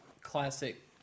classic